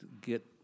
get